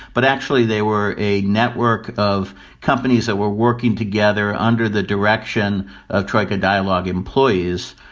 but actually they were a network of companies that were working together under the direction of troika dialog employees,